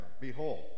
Behold